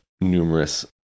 numerous